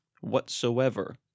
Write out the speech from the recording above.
whatsoever